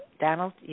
Donald